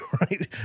right